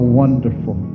wonderful